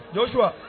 Joshua